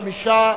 45),